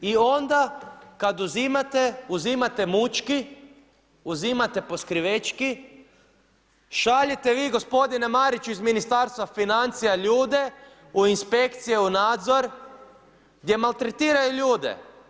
I onda kad uzimate, uzimate mučki, uzimate poskrivečki, šaljete vi gospodine Mariću iz Ministarstva financija ljude u inspekcije, u nadzor gdje maltretiraju ljude.